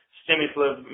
stimulus